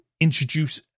introduce